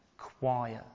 Quiet